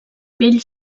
pell